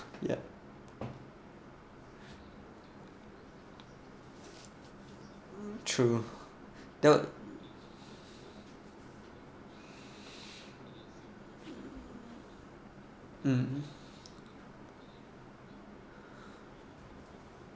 yep true that mm